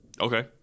Okay